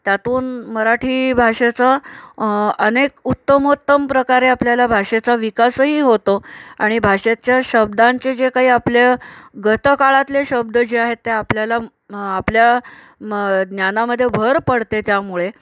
त्यातून मराठी भाषेचं अनेक उत्तमोत्तम प्रकारे आपल्याला भाषेचा विकासही होतो आणि भाषेच्या शब्दांचे जे काही आपल्या गतकाळातले शब्द जे आहेत ते आपल्याला आपल्या म ज्ञानामध्ये भर पडते त्यामुळे